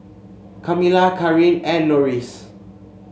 Kamilah Kareen and Norris